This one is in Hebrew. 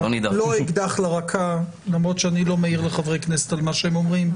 לא אקדח לרקה למרות שאני לא מעיר לחברי כנסת על מה שהם אומרים,